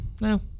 No